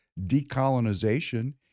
decolonization